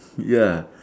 ya